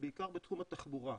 בעיקר בתחום התחבורה.